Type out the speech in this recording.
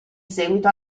seguito